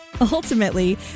Ultimately